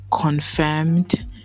confirmed